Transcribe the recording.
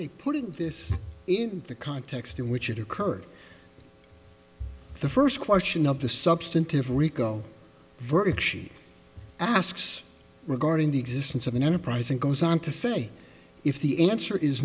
d putting this in the context in which it occurred the first question of the substantive rico verdict she asks regarding the existence of an enterprise and goes on to say if the answer is